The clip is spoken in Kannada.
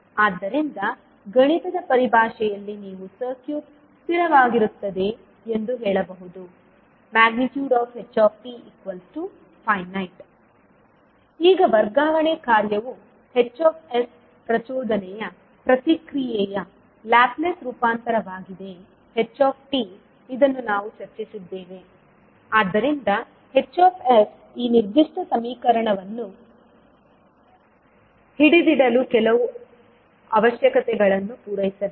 ಆದ್ದರಿಂದ ಗಣಿತದ ಪರಿಭಾಷೆಯಲ್ಲಿ ನೀವು ಸರ್ಕ್ಯೂಟ್ ಸ್ಥಿರವಾಗಿರುತ್ತದೆ ಎಂದು ಹೇಳಬಹುದು htfinite ಈಗ ವರ್ಗಾವಣೆ ಕಾರ್ಯವು H ಪ್ರಚೋದನೆಯ ಪ್ರತಿಕ್ರಿಯೆಯ ಲ್ಯಾಪ್ಲೇಸ್ ರೂಪಾಂತರವಾಗಿದೆ h ಇದನ್ನು ನಾವು ಚರ್ಚಿಸಿದ್ದೇವೆ ಆದ್ದರಿಂದ H ಈ ನಿರ್ದಿಷ್ಟ ಸಮೀಕರಣವನ್ನು ಹಿಡಿದಿಡಲು ಕೆಲವು ಅವಶ್ಯಕತೆಗಳನ್ನು ಪೂರೈಸಬೇಕು